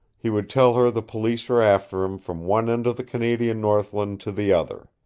he would tell her the police were after him from one end of the canadian northland to the other.